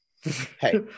Hey